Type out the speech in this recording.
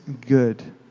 good